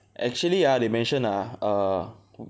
actually ah they mention ah err